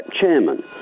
chairman